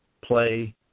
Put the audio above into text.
play